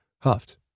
huffed